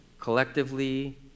collectively